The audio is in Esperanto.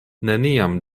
neniam